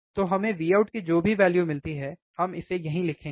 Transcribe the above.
तो हमें Vout की जो भी वैल्यु मिलती है हम इसे यहीं लिखेंगे